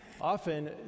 Often